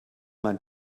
mein